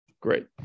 Great